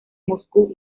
moscú